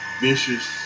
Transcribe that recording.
vicious